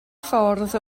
ffordd